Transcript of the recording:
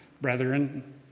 brethren